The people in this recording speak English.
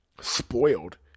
spoiled